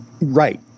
right